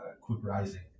quick-rising